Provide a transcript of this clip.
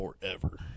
forever